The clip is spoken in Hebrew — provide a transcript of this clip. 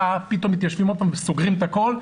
פתאום מתיישבים עוד פעם וסוגרים את הכול,